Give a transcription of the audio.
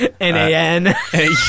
N-A-N